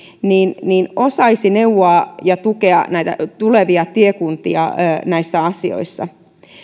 ja joka osaisi neuvoa ja tukea näitä tulevia tiekuntia näissä asioissa